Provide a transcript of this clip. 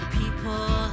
people